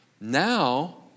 Now